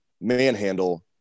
manhandle